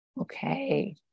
Okay